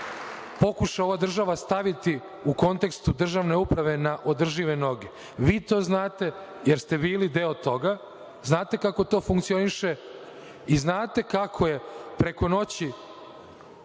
pokuša ova država staviti u kontekst državne uprave na održive noge. Vi to znate, jer ste bili deo toga, znate kako to funkcioniše i znate kako je preko noći